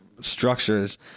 structures